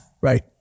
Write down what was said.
Right